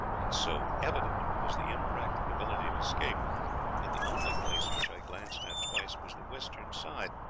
and so evident was the impracticability of escape that the only place which i glanced at twice was the western side,